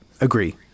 Agree